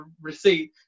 receipt